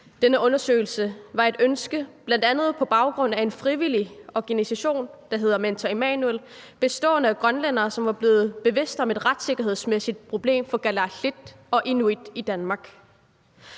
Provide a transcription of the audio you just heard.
Denne undersøgelse var et ønske, der bl.a kom fra en frivillig organisation, der hedder Mentor Immanuel, bestående af grønlændere, som var blevet bevidst om et retssikkerhedsmæssigt problem for kalaallit og inuit i Danmark.